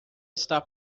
está